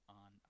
on